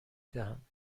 دهم